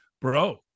bro